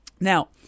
Now